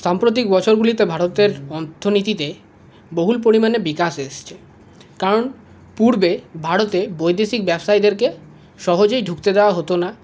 সাম্প্রতিক বছরগুলিতে ভারতের অর্থনীতিতে বহুল পরিমাণে বিকাশ এসেছে কারণ পূর্বে ভারতে বৈদেশিক ব্যবসায়ীদেরকে সহজেই ঢুকতে দেওয়া হত না